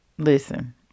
Listen